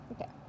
Okay